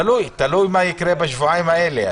תלוי מה יקרה בשבועות האלה.